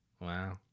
Wow